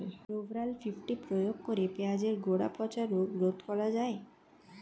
Rovral fifty প্রয়োগ করে পেঁয়াজের গোড়া পচা রোগ রোধ করা যায়?